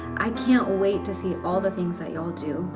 i can't wait to see all the things that y'all do,